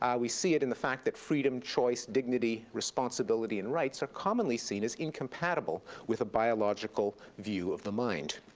we see it in the fact that freedom, choice, dignity, responsibility, and rights are commonly seen as incompatible with a biological view of the mind.